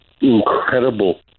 incredible